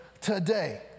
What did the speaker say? today